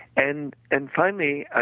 and and finally, ah